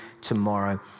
tomorrow